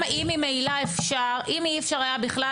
אם לא היה אפשר בכלל,